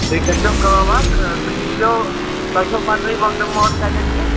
تُہۍ کٔرۍزیٚو کٲم اَکھ تُہۍ ییٖزیٚو تۅہہِ چھُو پتہٕے مقدم محلہٕ کتیٚتھ چھُ